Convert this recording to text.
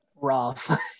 rough